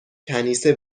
کنیسه